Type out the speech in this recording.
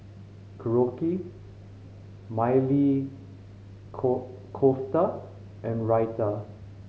Korokke Maili core Kofta and Raita